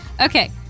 Okay